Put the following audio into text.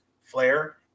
flare